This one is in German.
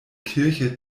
kirche